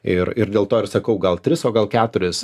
ir ir dėl to ir sakau gal tris o gal keturis